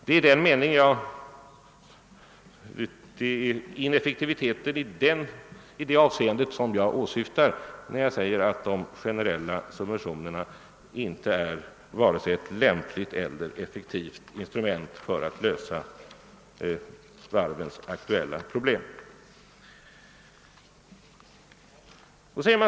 Det är ineffektiviteten i det avseendet som jag åsyftar, när jag säger att de generella subventionerna inte är vare sig ett lämpligt eller ett effektivt instrument för att klara varvens aktuella svårigheter.